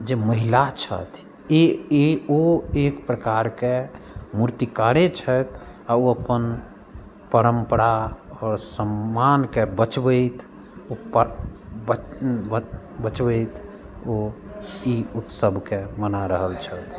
जे महिला छथि ओ एक प्रकारके मूर्तिकारे छथि आ ओ अपन परम्परा आओर सम्मानके बचबैत बचबैत ओ ई उत्सवके मना रहल छथि